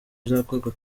bizakorwa